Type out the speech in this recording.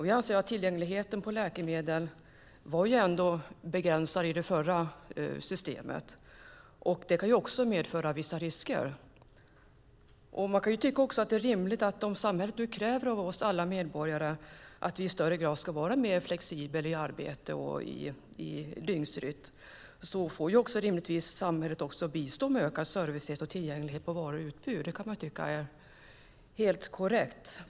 Vi anser att tillgängligheten när det gällde läkemedel var begränsad i det förra systemet, och det kan också medföra vissa risker. Man kan tycka att det är rimligt att om samhället kräver av oss alla medborgare att vi i högre grad ska vara mer flexibla i arbete och i dygnsrytm får samhället rimligtvis också bistå med ökad service och tillgänglighet när det gäller varor och utbud. Det kan man tycka är helt korrekt.